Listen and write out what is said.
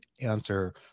answer